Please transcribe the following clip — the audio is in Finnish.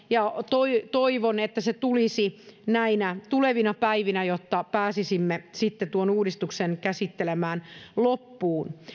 ja toivon että se tulisi näinä tulevina päivinä jotta pääsisimme sitten tuon uudistuksen käsittelemään loppuun